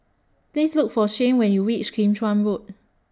Please Look For Shayne when YOU REACH Kim Chuan Road